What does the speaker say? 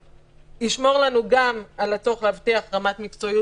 ישמור לנו גם על הצורך להבטיח רמת מקצועיות